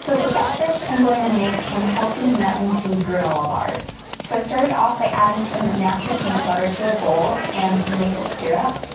so for breakfast, i'm going to make some healthy nut and seed granola bars. so i started off by adding some natural peanut butter to a bowl and some maple syrup.